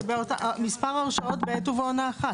מספר הרשאות בעת ובעונה אחת.